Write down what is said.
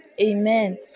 Amen